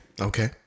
Okay